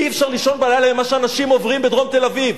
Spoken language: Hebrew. אי-אפשר לישון בלילה ממה שאנשים עוברים בדרום תל-אביב.